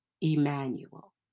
Emmanuel